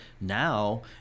Now